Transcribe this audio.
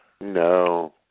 No